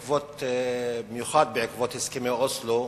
במיוחד בעקבות הסכמי אוסלו,